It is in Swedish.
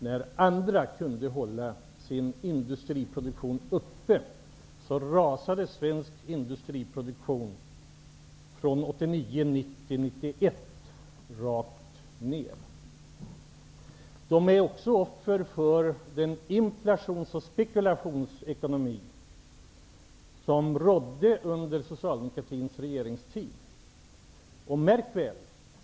När andra kunde hålla sin industriproduktion uppe, rasade svensk industriproduktion rakt ner 1989--1991. De är också offer för den inflations och spekulationsekonomi som rådde under socialdemokratins regeringstid. Och märk väl!